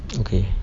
okay